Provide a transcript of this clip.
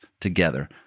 Together